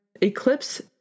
Eclipse